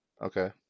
okay